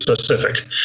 specific